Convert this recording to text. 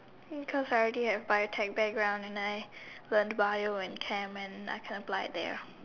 um cause I already have Biotech background and I learn Bio and Chem and I can apply there